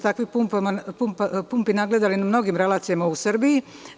Takvih pumpi smo se nagledali na mnogim relacijama u Srbiji.